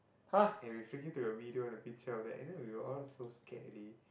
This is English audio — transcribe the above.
and we freaking took a video and a picture all that and then we were all so scared already